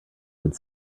could